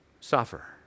suffer